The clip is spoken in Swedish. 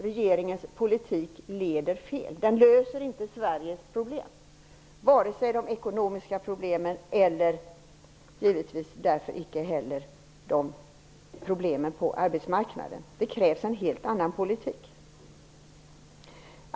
Regeringens politik leder fel. Den löser inte Sveriges problem, den löser inte de ekonomiska problemen och därför icke heller problemen på arbetsmarknaden. Det krävs en helt annan politik.